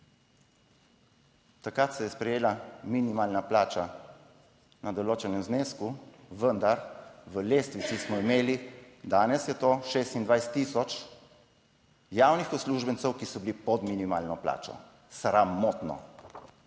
Takrat se je sprejela minimalna plača na določenem znesku, vendar v lestvici smo imeli, danes je to 26000 javnih uslužbencev, ki so bili pod minimalno plačo. Sramotno.